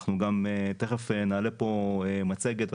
אנחנו תיכף נעלה פה גם מצגת.